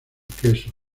queso